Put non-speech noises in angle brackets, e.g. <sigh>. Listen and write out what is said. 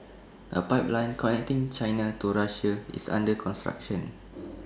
A pipeline connecting China to Russia is under construction <noise>